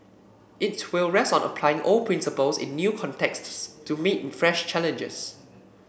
its will rest on applying old principles in new contexts to meet fresh challenges